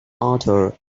author